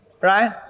Right